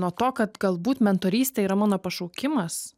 nuo to kad galbūt mentorystė yra mano pašaukimas